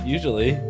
Usually